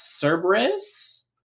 Cerberus